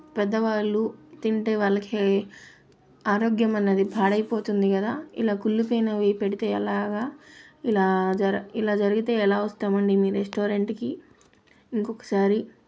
పెద్దవాళ్ళు తింటే వాళ్ళకి ఆరోగ్యం అనేది పాడైపోతుంది గదా ఇలా కుళ్ళిపోయినవి పెడితే ఎలాగా ఇలా జర ఇలా జరిగితే ఎలా వస్తామండి మీ రెస్టారెంట్కి ఇంకొకసారి